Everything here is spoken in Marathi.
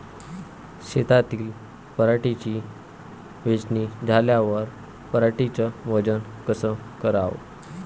शेतातील पराटीची वेचनी झाल्यावर पराटीचं वजन कस कराव?